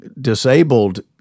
disabled